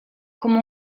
come